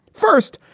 first,